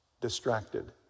Distracted